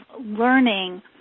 learning